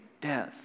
death